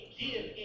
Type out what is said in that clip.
give